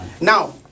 Now